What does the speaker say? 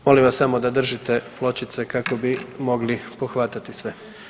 Molim vas samo da držite pločice kako bi mogli pohvatati sve.